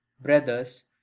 brothers